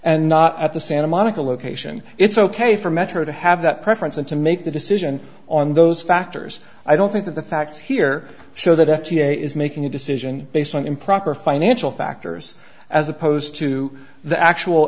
and not at the santa monica location it's ok for metro to have that preference and to make the decision on those factors i don't think that the facts here show that f d a is making a decision based on improper financial factors as opposed to the actual